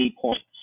points